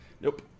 nope